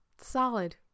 solid